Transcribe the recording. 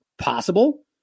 possible